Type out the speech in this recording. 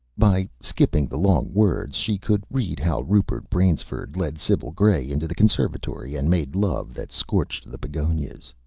by skipping the long words she could read how rupert bansiford led sibyl gray into the conservatory and made love that scorched the begonias.